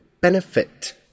benefit